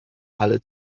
ale